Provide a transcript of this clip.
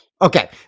Okay